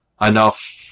enough